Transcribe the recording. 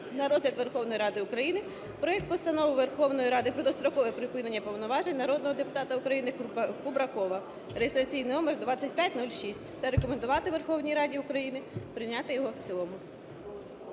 на розгляд Верховної Ради України проект Постанови Верховної Ради про дострокове припинення повноважень народного депутата України Кубракова (реєстраційний номер 2506) та рекомендувати Верховній Раді України прийняти його в цілому.